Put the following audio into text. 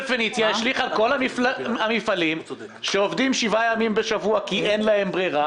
פניציה השליך על כל המפעלים שעובדים שבעה ימים בשבוע כי אין להם ברירה.